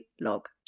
log